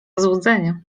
złudzenie